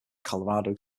colorado